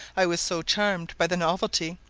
i was so charmed by the novelty,